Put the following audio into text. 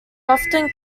often